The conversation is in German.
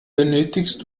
benötigst